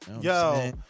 Yo